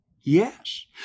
Yes